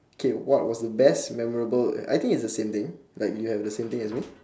K what was the best memorable I think it's the same thing like you have the same thing as me